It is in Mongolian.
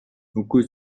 үгүй